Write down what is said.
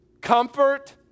comfort